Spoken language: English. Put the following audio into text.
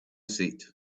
seat